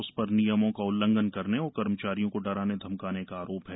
उस पर नियमों का उल्लघंन करने और कर्मचारियों को डराने धमकाने का आरोप है